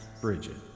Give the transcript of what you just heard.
Bridget